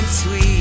sweet